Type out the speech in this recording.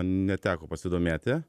neteko pasidomėti